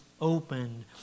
opened